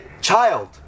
child